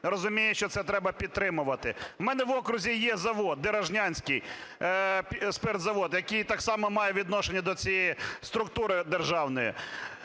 розуміє, що це треба підтримувати. У мене в окрузі є завод - Деражнянський спиртозавод, який так само має відношення до цієї структури державної.